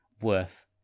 worth